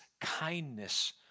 kindness